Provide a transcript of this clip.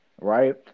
right